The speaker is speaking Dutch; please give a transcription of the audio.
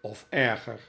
of erger